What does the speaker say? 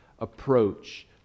approach